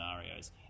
scenarios